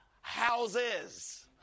houses